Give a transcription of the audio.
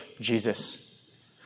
Jesus